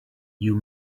you